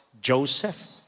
Joseph